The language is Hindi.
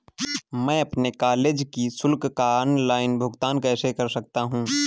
मैं अपने कॉलेज की शुल्क का ऑनलाइन भुगतान कैसे कर सकता हूँ?